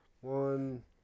One